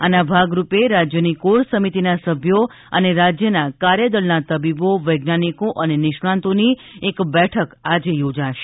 આના ભાગરૂપે રાજ્યની કોર સમિતીના સભ્યો અને રાજ્યના કાર્યદળના તબીબો વૈજ્ઞાનિકો અને નિષ્ણાંતોની એક બેઠક આજે યોજાશે